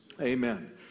Amen